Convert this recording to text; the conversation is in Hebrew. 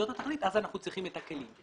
אז אנחנו צריכים את הכלים.